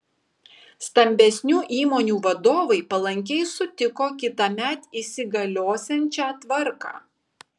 stambesnių įmonių vadovai palankiai sutiko kitąmet įsigaliosiančią tvarką